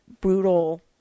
brutal